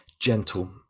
gentle